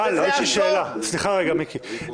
סליחה רגע, מיקי.